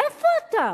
איפה אתה?